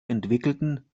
entwickelten